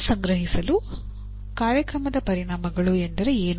ಮರುಸಂಗ್ರಹಿಸಲು ಕಾರ್ಯಕ್ರಮದ ಪರಿಣಾಮಗಳು ಎಂದರೆ ಏನು